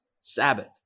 Sabbath